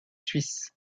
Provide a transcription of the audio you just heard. suisses